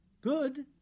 good